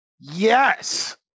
Yes